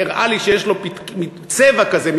הראה לי שיש לו צבע כזה,